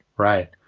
right.